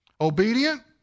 obedient